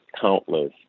countless